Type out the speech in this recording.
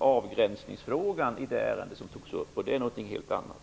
avgränsningsfrågan i det ärende som togs upp, och det är någonting helt annat.